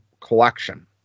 collection